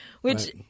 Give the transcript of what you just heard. which-